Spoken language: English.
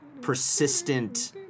persistent